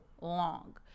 long